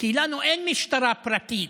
כי לנו אין משטרה פרטית.